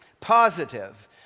positive